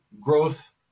growth